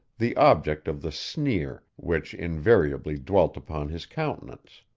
the object of the sneer which invariably dwelt upon his countenance.